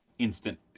instant